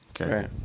Okay